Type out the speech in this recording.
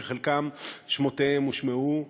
שחלקם שמותיהם הושמעו,